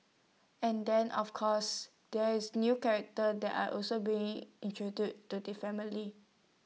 and then of course there is new characters that are also being introduced to the family